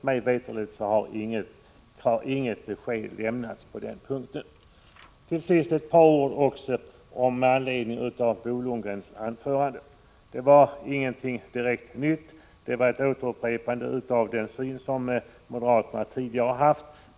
Mig veterligt har inget besked lämnats på denna punkt. Till sist ett par ord med anledning av Bo Lundgrens anförande. Det var inget direkt nytt som framkom, utan det var ett återupprepande av den syn som moderaterna tidigare har haft.